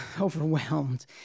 overwhelmed